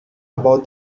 about